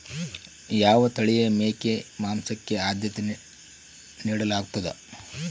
ಯಾವ ತಳಿಯ ಮೇಕೆ ಮಾಂಸಕ್ಕೆ, ಆದ್ಯತೆ ನೇಡಲಾಗ್ತದ?